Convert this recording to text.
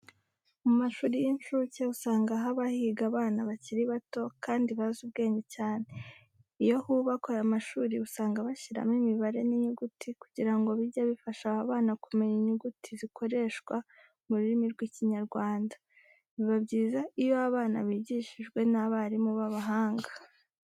Mu mashuri y'incuke usanga haba higa abana bakiri bato kandi bazi ubwenge cyane. Iyo hubakwa aya mashuri usanga bashyiraho imibare n'inyuguti kugira ngo bijye bifasha aba bana kumenya inyuguti zikoreshwa mu rurimi rw'Ikinyarwanda. Biba byiza iyo abana bigishijwe n'abarimu b'abahanga.